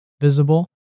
visible